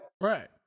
Right